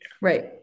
Right